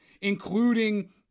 including